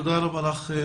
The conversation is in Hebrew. תודה רבה על ההקשבה.